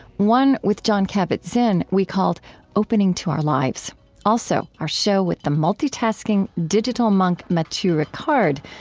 one, with jon kabat-zinn, we called opening to our lives also our show with the multitasking digital monk matthieu ricard,